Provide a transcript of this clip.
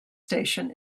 station